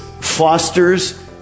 fosters